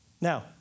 Now